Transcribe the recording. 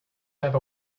have